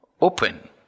open